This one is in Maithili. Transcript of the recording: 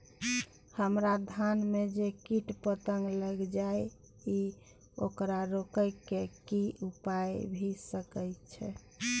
हमरा धान में जे कीट पतंग लैग जाय ये ओकरा रोके के कि उपाय भी सके छै?